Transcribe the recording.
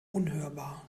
unhörbar